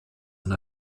und